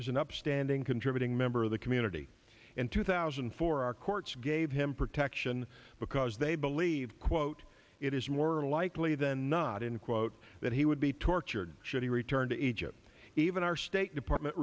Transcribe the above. an upstanding contributing member of the community in two thousand and four our courts gave him protection because they believe quote it is more likely than not in quotes that he would be tortured should he return to egypt even our state department